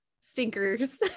stinkers